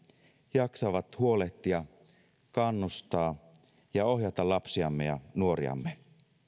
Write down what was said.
jaksavat huolehtia kannustaa ja ohjata lapsiamme ja nuoriamme